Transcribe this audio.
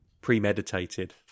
premeditated